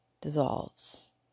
dissolves